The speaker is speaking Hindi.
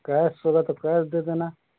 कैश होगा तो कैश दे देना